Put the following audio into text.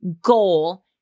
goal